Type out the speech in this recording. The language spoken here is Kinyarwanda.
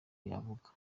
yavuga